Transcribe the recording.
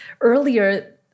earlier